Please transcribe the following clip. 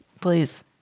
Please